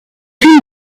une